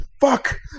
Fuck